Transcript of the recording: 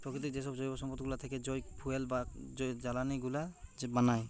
প্রকৃতির যেসব জৈব সম্পদ গুলা থেকে যই ফুয়েল বা জ্বালানি গুলা বানায়